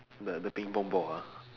the the ping-pong ball ah